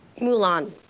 Mulan